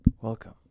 Welcome